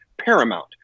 paramount